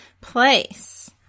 place